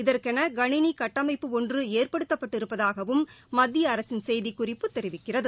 இதற்கென கணினி கட்டமைப்பு ஒன்று ஏற்படுத்தப்பட்டிருப்பதாகவும் மத்திய அரசின் செய்திக் குறிப்பு தெரிவிக்கிறது